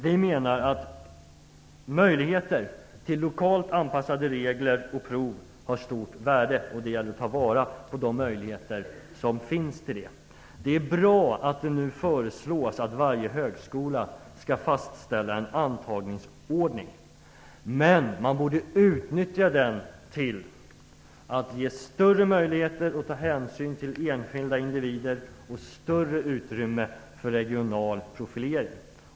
Vi menar att möjligheter till lokalt anpassade regler och prov har ett stort värde. Det gäller att ta vara på de möjligheter som där finns. Det är bra att det nu föreslås att varje högskola skall fastställa en antagningsordning. Men man borde utnyttja den till att ge större möjligheter när det gäller att ta hänsyn till enskilda individer och att ge ett större utrymme för en regional profilering.